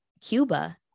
Cuba